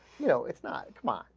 you know it's not ma